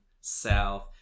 south